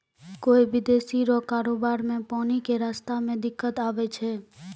कोय विदेशी रो कारोबार मे पानी के रास्ता मे दिक्कत आवै छै